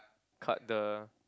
cut the